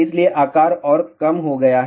इसलिए आकार और कम हो गया है